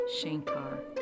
Shankar